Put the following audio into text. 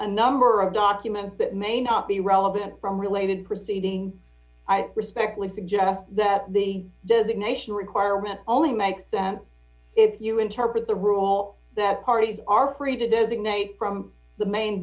a number of documents that may not be relevant from related proceeding i respectfully suggest that the designation requirement only make sense if you interpret the rule that parties are free to designate from the main